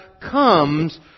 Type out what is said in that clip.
comes